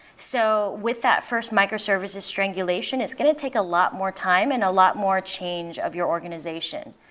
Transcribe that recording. so with that first microservices strangulation, it's going to take a lot more time and a lot more change of your organization.